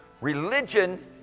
Religion